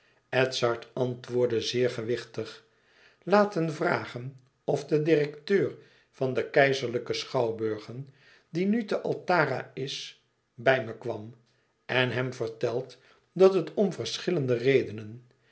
edzard antwoordde zeer gewichtig laten vragen of de direkteur van de keizerlijke schouwburger die nu te altara is bij me kwam en hem verteld dat het om verschillende redenen